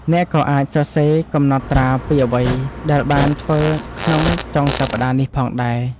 អ្នកក៏អាចសរសេរកំណត់ត្រាពីអ្វីដែលបានធ្វើក្នុងចុងសប្តាហ៍នេះផងដែរ។